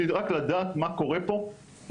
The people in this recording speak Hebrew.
רק לדעת מה קורה פה,